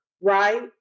right